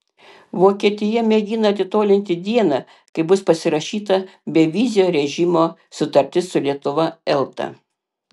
vokietija mėgina atitolinti dieną kai bus pasirašyta bevizio režimo sutartis su lietuva elta